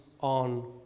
on